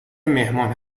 مهمان